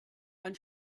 ein